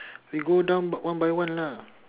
we go down one by one lah